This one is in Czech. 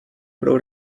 pro